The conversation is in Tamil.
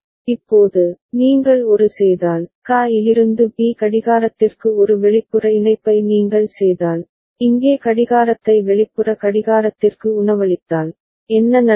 இப்போது நீங்கள் ஒரு செய்தால் QA இலிருந்து B கடிகாரத்திற்கு ஒரு வெளிப்புற இணைப்பை நீங்கள் செய்தால் இங்கே கடிகாரத்தை வெளிப்புற கடிகாரத்திற்கு உணவளித்தால் என்ன நடக்கும்